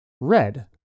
red